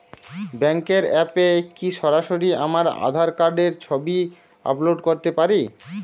ব্যাংকের অ্যাপ এ কি সরাসরি আমার আঁধার কার্ড র ছবি আপলোড করতে পারি?